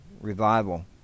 revival